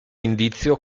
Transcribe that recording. indizio